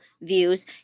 views